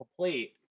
complete